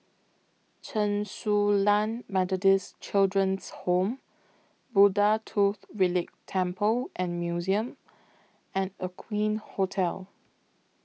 Chen Su Lan Methodist Children's Home Buddha Tooth Relic Temple and Museum and Aqueen Hotel